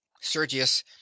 sergius